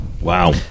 Wow